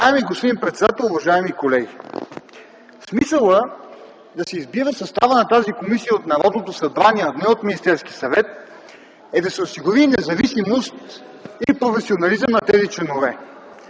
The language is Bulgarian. господин председател, уважаеми колеги! Смисълът да се избира съставът на тази комисия от Народното събрание, а не от Министерския съвет, е да се осигури независимост и професионализъм на тези членове.